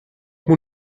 moet